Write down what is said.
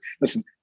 Listen